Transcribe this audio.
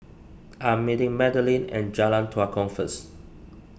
I am meeting Madeleine at Jalan Tua Kong first